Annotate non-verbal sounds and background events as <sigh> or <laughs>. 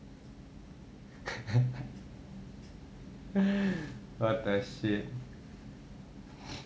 <laughs> what the shit